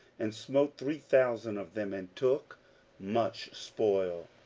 and smote three thousand of them, and took much spoil.